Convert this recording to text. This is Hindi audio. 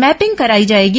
मैपिंग कराई जाएगी